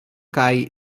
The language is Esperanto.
kaj